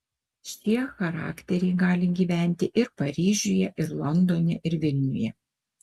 šie charakteriai gali gyventi ir paryžiuje ir londone ir vilniuje